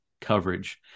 coverage